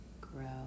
grow